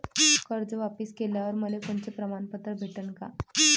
कर्ज वापिस केल्यावर मले कोनचे प्रमाणपत्र भेटन का?